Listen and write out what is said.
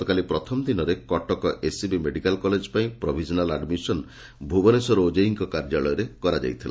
ଗତକାଲି ପ୍ରଥମ ଦିନରେ କଟକ ଏସ୍ସିବି ମେଡିକାଲ୍ କଲେଜ୍ ପାଇଁ ପ୍ରୋଭିଜନାଲ୍ ଆଡ୍ମିସନ୍ ଭୁବନେଶ୍ୱର ଓଜେଇଇଙ୍ କାର୍ଯ୍ୟାଳୟରେ କରାଯାଉଛି